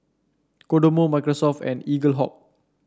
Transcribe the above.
Kodomo Microsoft and Eaglehawk